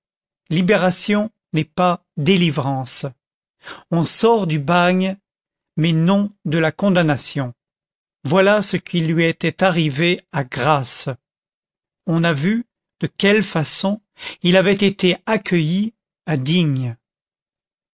libération n'est pas délivrance on sort du bagne mais non de la condamnation voilà ce qui lui était arrivé à grasse on a vu de quelle façon il avait été accueilli à digne